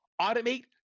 Automate